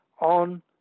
on